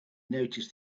noticed